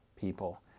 people